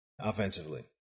offensively